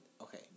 Okay